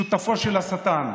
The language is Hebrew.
שותפו של השטן,